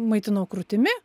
maitinau krūtimi